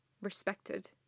respected